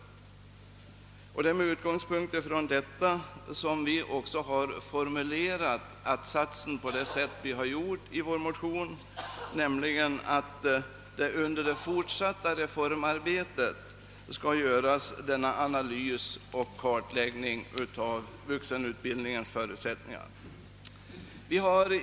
Det är också med utgångspunkt härifrån som vi formulerat den att-sats i vår motion, där vi hemställt »att frågan om vuxnas studieförutsättningar under det fortsatta reformarbetet på vuxenutbildningens område görs till föremål för en systematisk analys och kartläggning».